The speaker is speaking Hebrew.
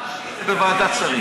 בוועדת שרים.